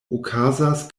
okazas